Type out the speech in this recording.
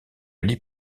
lit